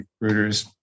recruiters